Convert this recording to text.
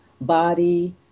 body